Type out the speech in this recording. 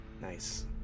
Nice